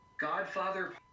Godfather